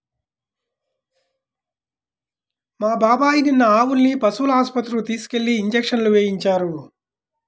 మా బాబాయ్ నిన్న ఆవుల్ని పశువుల ఆస్పత్రికి తీసుకెళ్ళి ఇంజక్షన్లు వేయించారు